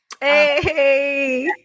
Hey